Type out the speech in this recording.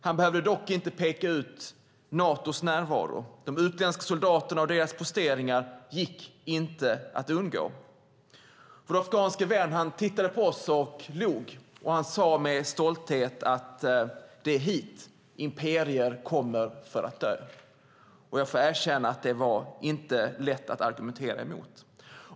Han behövde dock inte peka ut Natos närvaro. De utländska soldaterna och deras posteringar gick inte att undgå. Vår afghanske vän log mot oss och sade stolt: "Det är hit imperier kommer för att dö." Jag får erkänna att det inte var lätt att argumentera emot.